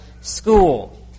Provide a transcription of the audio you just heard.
school